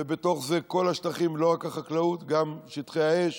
ובתוך זה כל השטחים, לא רק החקלאות, גם שטחי האש